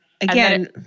Again